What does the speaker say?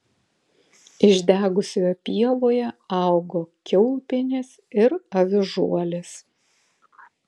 išdegusioje pievoje augo kiaulpienės ir avižuolės